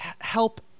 help